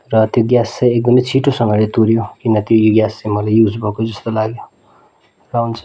र त्यो ग्यास चाहिँ एकदमै छिटोसँगले तुऱ्यो किनकि त्यो ग्यास चाहिँ मलाई युज भएको जस्तो लाग्यो र हुन्छ